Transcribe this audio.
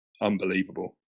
unbelievable